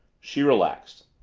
she relaxed.